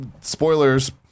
spoilers